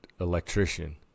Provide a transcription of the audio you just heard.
electrician